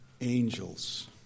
angels